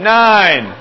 nine